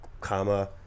comma